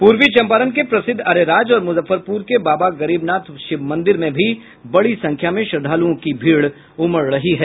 पूर्वी चंपारण के प्रसिद्व अरेराज और मुजफ्फरपुर के बाबा गरीबनाथ शिव मंदिर में भी बड़ी संख्या में श्रद्दालुओं की भीड़ उमड़ रही है